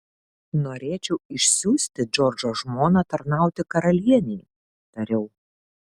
norėčiau išsiųsti džordžo žmoną tarnauti karalienei tariau